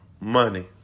money